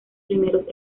primeros